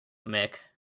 mick